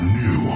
new